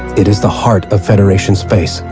it is the heart of federation space.